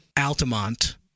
Altamont